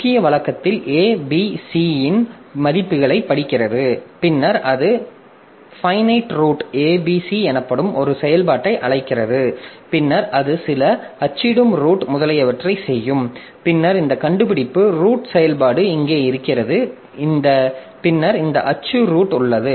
முக்கிய வழக்கத்தில் a b c இன் மதிப்புகளைப் படிக்கிறது பின்னர் அது find root a b c எனப்படும் ஒரு செயல்பாட்டை அழைக்கிறது பின்னர் அது சில அச்சிடும் ரூட் முதலியவற்றைச் செய்யும் பின்னர் இந்த கண்டுபிடிப்பு ரூட் செயல்பாடு இங்கே இருக்கிறது பின்னர் இந்த அச்சு ரூட் உள்ளது